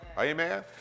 Amen